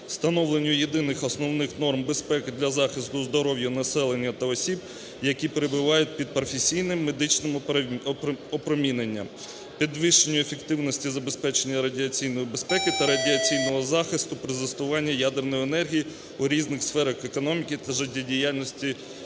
встановленню єдиних основних норм безпеки для захисту здоров'я населення та осіб, які перебувають під професійним медичним опроміненням, підвищенню ефективності забезпечення радіаційної безпеки та радіаційного захисту при застосуванні ядерної енергії в різних сферах економіки та життєдіяльності